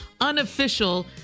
unofficial